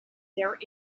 there